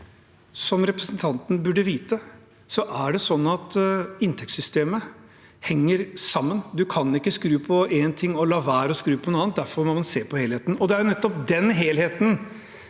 som representanten burde vite, er det sånn at inntektssystemet henger sammen. Man kan ikke skru på én ting og la være å skru på noe annet, og derfor må man se på helheten. Det er nettopp den helheten